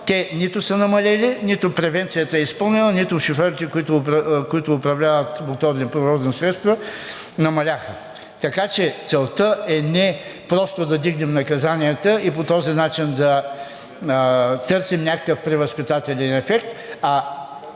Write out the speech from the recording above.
Те нито са намалели, нито превенцията е изпълнена, нито шофьорите, които управляват моторни превозни средства, намаляха. Така че целта е не просто да вдигнем наказанията и по този начин да търсим някакъв превъзпитателен ефект, а